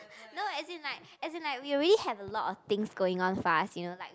no as in like as in like we already have a lot of things going on for us you know like